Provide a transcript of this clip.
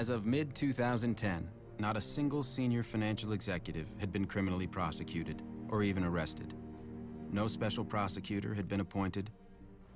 of mid two thousand and ten not a single senior financial executive had been criminally prosecuted or even arrested no special prosecutor had been appointed